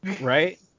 right